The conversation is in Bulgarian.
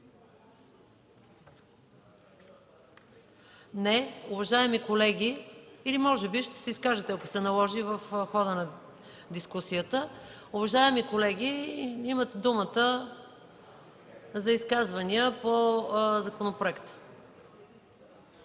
съвет? Не. Или може би ще се изкажете, ако се наложи, в хода на дискусията. Уважаеми колеги, имате думата за изказвания по законопроекта.